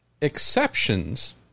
exceptions